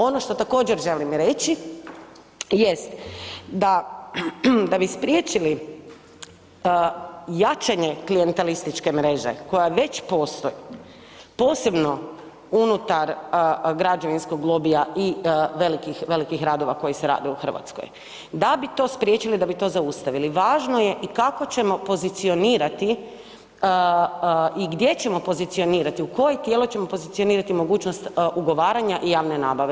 Ono što također želim reći jest da bi spriječili jačanje klijentelističke mreže koja već postoji, posebno unutar građevinskog lobija i velikih radova koji se rade u Hrvatskoj, da bi to spriječili, da bi to zaustavili važno je i kako ćemo pozicionirati i gdje ćemo pozicionirati, u koje tijelo ćemo pozicionirati mogućnost ugovaranja javne nabave.